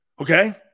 Okay